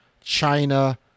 china